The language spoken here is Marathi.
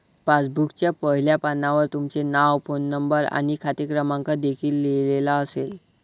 पासबुकच्या पहिल्या पानावर तुमचे नाव, फोन नंबर आणि खाते क्रमांक देखील लिहिलेला असेल